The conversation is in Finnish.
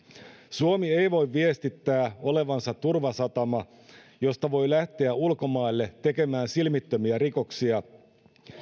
suomi ei voi viestittää olevansa turvasatama josta voi lähteä ulkomaille tekemään silmittömiä rikoksia